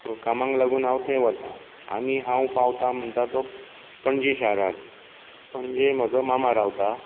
so कामाक लागून हांव थंय वता आनी हांव पावता म्हणटा तो पणजी शारांत पणजे म्हजो मामा रावता